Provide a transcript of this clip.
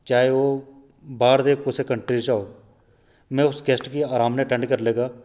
चाहे ओह् बाह्र दी कुसै कंट्री च होग में उस गैस्ट गी अराम कन्नै अटैंड्ड करी लैह्गा